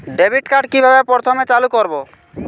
Debit card কিভাবে প্রথমে চালু করব?